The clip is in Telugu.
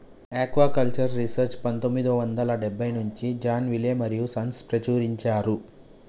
ఆక్వాకల్చర్ రీసెర్చ్ పందొమ్మిది వందల డెబ్బై నుంచి జాన్ విలే మరియూ సన్స్ ప్రచురించారు